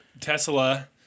Tesla